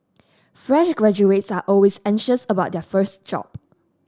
fresh graduates are always anxious about their first job